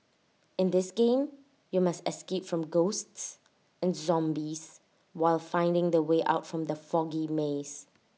in this game you must escape from ghosts and zombies while finding the way out from the foggy maze